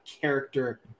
character